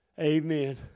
Amen